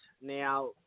Now